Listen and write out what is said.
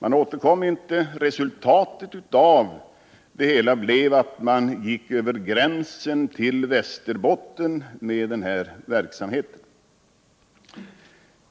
Man återkom inte, och resultatet blev att man gick över gränsen till Västerbotten med denna verksamhet.